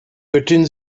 göttin